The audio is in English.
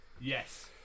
Yes